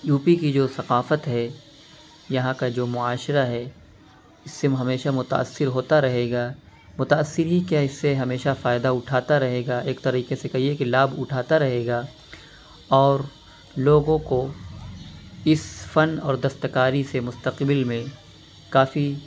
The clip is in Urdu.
یو پی کی جو ثقافت ہے یہاں کا جو معاشرہ ہے اس سے ہمیشہ متاثر ہوتا رہے گا متاثر ہی کیا اس سے ہمیشہ فائدہ اٹھاتا رہے گا ایک طریقے سے کہیے کہ لابھ اٹھاتا رہے گا اور لوگوں کو اس فن اور دست کاری سے مستقبل میں کافی